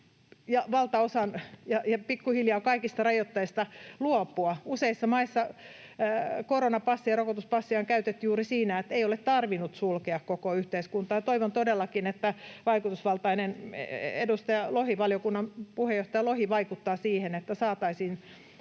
jo valtaosasta ja pikkuhiljaa kaikista rajoitteista luopua. Useissa maissa koronapassia ja rokotuspassia on käytetty juuri siinä, että ei ole tarvinnut sulkea koko yhteiskuntaa. Toivon todellakin, että vaikutusvaltainen edustaja Lohi, valiokunnan puheenjohtaja Lohi, vaikuttaa siihen, että saataisiin